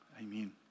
Amen